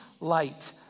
light